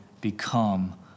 become